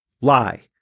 Lie